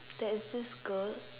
there is this girl